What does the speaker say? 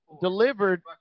delivered